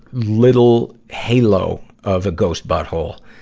little halo of a ghost butthole,